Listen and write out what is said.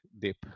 deep